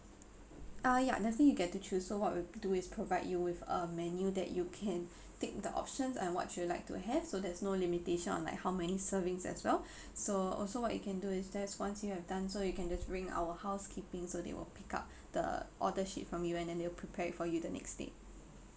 uh ya definitely you will get to choose so what we do is provide you with a menu that you can tick the options and what you'd like to have so there's no limitation on like how many servings as well so also what we can do is there's once you have done so you can just ring our housekeeping so they will pick up the order sheet from you and then they will prepare it for you the next day